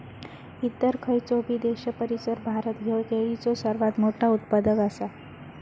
इतर खयचोबी देशापरिस भारत ह्यो केळीचो सर्वात मोठा उत्पादक आसा